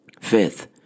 Fifth